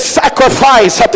sacrifice